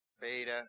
Beta